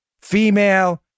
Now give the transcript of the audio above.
female